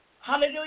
Hallelujah